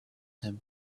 him